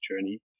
journey